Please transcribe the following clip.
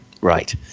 Right